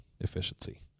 efficiency